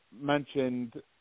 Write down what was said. mentioned